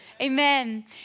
Amen